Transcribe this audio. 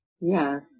Yes